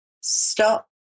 stop